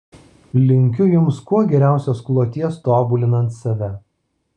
linkiu jums kuo geriausios kloties tobulinant save